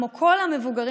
כמו כל המבוגרים,